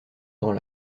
grands